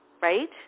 right